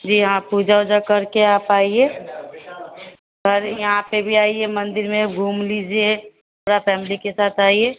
जी हाँ पूजा ओजा करके आप आइए पर यहाँ पर भी आइए मंदिर में घूम लीजिए पूरी फैमिली के साथ आइए